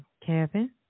Kevin